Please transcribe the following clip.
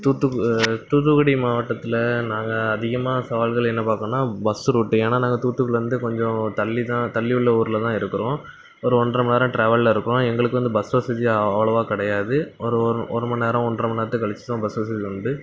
தூத்து தூத்துக்குடி மாவட்டத்தில் நாங்கள் அதிகமாக சவால்கள் என்ன பார்த்தோம்னா பஸ்ஸு ரூட்டு ஏன்னால் நாங்கள் தூத்துகுடிலருந்து கொஞ்சம் தள்ளிதான் தள்ளி உள்ள ஊரில்தான் இருக்கிறோம் ஒரு ஒன்றரை மணி நேரம் ட்ராவலில் இருக்கும் எங்களுக்கு வந்து பஸ் வசதி அவ்வளவா கெடையாது ஒரு ஒரு ஒரு மணி நேரம் ஒன்றரை மணி நேரத்துக்கு கழிச்சுதான் பஸ் வசதி உண்டு